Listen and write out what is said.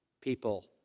people